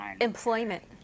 employment